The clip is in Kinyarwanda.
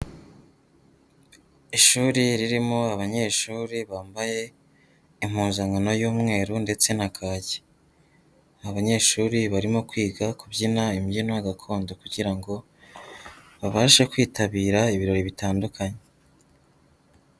Ishuri ririmo abanyeshuri bambaye impuzankano y'umweru ndetse na kaki, abanyeshuri barimo kwiga kubyina imbyino gakondo kugira ngo babashe kwitabira ibirori bitandukanye.